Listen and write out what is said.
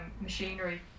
machinery